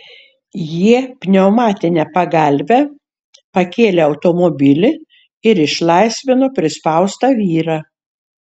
jie pneumatine pagalve pakėlė automobilį ir išlaisvino prispaustą vyrą